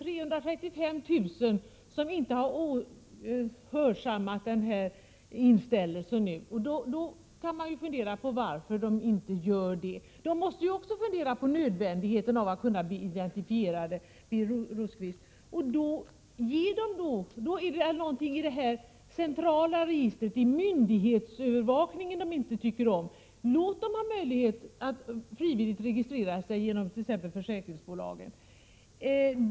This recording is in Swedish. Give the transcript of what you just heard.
335 000 människor har alltså inte hörsammat anmodan om inställelse för registrering. Man kan fundera på varför dessa människor inte har gjort det. De måste ju också ha funderat på nödvändigheten av att kunna bli identifierade, Birger Rosqvist. Alltså måste det vara något i detta centrala register, i myndighetsövervakningen, som dessa människor inte tycker om. Låt dem ha möjligheten att frivilligt registrera sigt.ex. i försäkringsbolag.